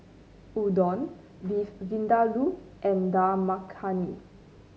Udon Beef Vindaloo and Dal Makhani